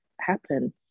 happen